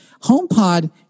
HomePod